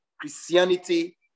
Christianity